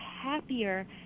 happier